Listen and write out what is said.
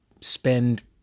spend